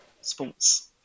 sports